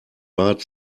bat